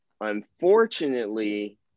Unfortunately